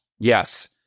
Yes